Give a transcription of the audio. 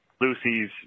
Lucy's